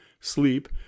sleep